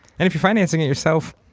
and if you're financing it yourself,